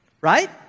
right